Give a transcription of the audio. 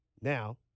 Now